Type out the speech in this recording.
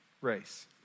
race